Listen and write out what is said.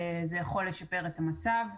זה יכול לשפר את המצב.